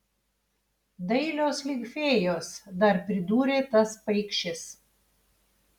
dailios lyg fėjos dar pridūrė tas paikšis